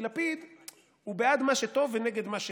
כי לפיד הוא בעד מה שטוב ונגד מה שרע,